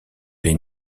les